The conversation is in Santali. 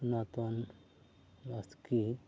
ᱥᱚᱱᱟᱛᱚᱱ ᱵᱟᱥᱠᱮ